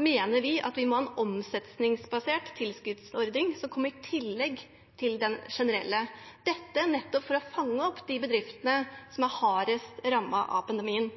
mener vi at vi må ha en omsetningsbasert tilskuddsordning som kommer i tillegg til den generelle. Det er nettopp for å fange opp de bedriftene som er hardest rammet av pandemien.